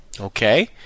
Okay